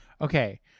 Okay